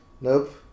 Nope